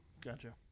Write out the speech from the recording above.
Gotcha